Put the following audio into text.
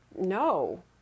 no